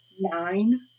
nine